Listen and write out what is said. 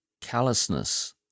callousness